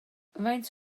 faint